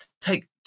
Take